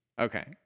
Okay